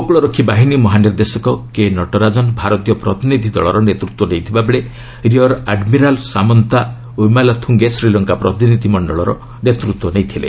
ଉପକୂଳରକ୍ଷୀ ବାହିନୀ ମହାନିର୍ଦ୍ଦେଶକ କେ ନଟରାଜନ୍ ଭାରତୀୟ ପ୍ରତିନିଧି ଦଳର ନେତୃତ୍ୱ ନେଇଥିବାବେଳେ ରିୟର୍ ଆଡ୍ମିରାଲ୍ ସାମନ୍ତା ୱିମାଲାଥୁଙ୍ଗେ ଶ୍ରୀଲଙ୍କା ପ୍ରତିନିଧି ମଣ୍ଡଳର ନେତୃତ୍ୱ ନେଇଥିଲେ